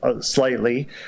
slightly